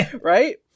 right